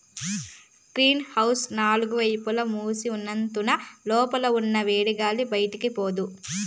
green house నాలుగు వైపులా మూసి ఉన్నందున లోపల ఉన్న వేడిగాలి బయటికి పోదు